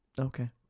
Okay